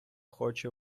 хоче